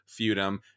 Feudum